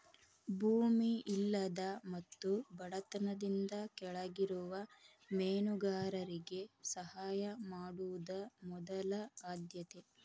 ಭೂಮಿ ಇಲ್ಲದ ಮತ್ತು ಬಡತನದಿಂದ ಕೆಳಗಿರುವ ಮೇನುಗಾರರಿಗೆ ಸಹಾಯ ಮಾಡುದ ಮೊದಲ ಆದ್ಯತೆ